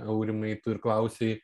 aurimai tu ir klausei